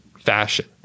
fashion